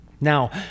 Now